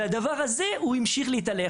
הוא דיבר